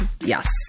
Yes